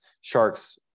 Sharks